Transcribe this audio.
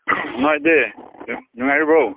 ꯅꯣꯏꯗꯤ ꯅꯨꯡꯉꯥꯏꯔꯤꯕ꯭ꯔꯣ